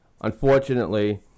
unfortunately